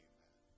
Amen